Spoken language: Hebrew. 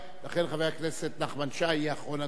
לכן חבר הכנסת נחמן שי יהיה אחרון הדוברים.